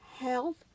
health